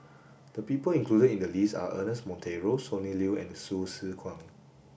the people included in the list are Ernest Monteiro Sonny Liew and Hsu Tse Kwang